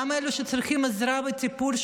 גם לאלה שצריכים עזרה וטיפול,